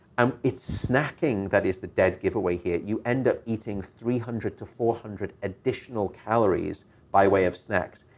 um it's snacking that is the dead giveaway here. you end up eating three hundred to four hundred additional calories by way of snacks.